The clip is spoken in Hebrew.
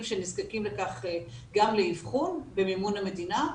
שנזקקים לכך גם לאבחון במימון המדינה,